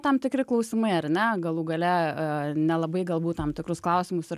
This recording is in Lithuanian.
tam tikri klausimai ar ne galų gale nelabai galbūt tam tikrus klausimus ir